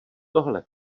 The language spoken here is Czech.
tohle